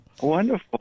Wonderful